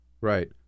right